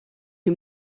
who